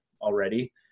already